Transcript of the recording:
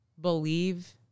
believe